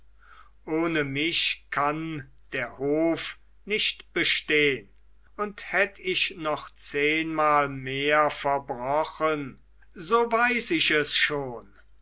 ohne mich kann der hof nicht bestehn und hätt ich noch zehnmal mehr verbrochen so weiß ich es schon